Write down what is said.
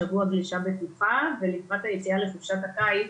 בשבוע גלישה בטוחה ולקראת היציאה לחופשת הקיץ.